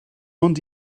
ond